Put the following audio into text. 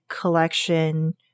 collection